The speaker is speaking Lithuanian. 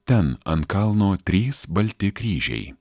ten ant kalno trys balti kryžiai